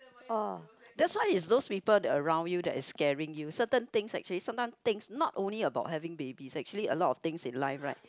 oh that's why is those people around you that is scaring you certain things actually sometime things not only about having baby actually a lot of things in life right